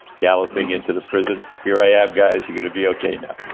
galloping into the prison, here i am guys you're gonna be okay now.